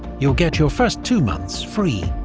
you'll get your first two months free.